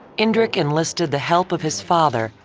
indrek enlisted the help of his father,